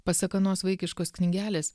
pasak anos vaikiškos knygelės